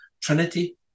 Trinity